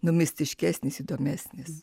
nu mistiškesnis įdomesnis